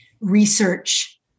research